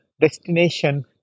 destination